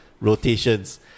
rotations